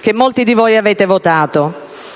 che molti di voi avete votato.